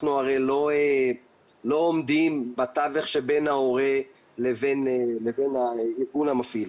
אנחנו לא עומדים בתווך שבין ההורה לבין הארגון המפעיל.